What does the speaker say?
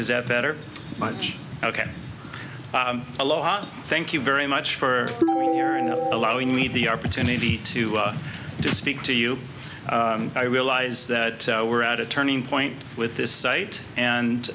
is that better much ok aloha thank you very much for allowing me the opportunity to speak to you i realize that we're at a turning point with this site and